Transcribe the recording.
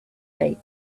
fate